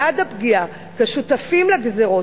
בעד הפגיעה כשותפים לגזירות,